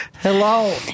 Hello